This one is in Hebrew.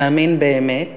להאמין באמת,